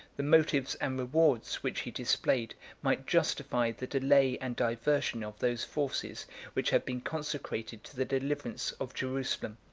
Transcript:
the motives and rewards which he displayed might justify the delay and diversion of those forces which had been consecrated to the deliverance of jerusalem.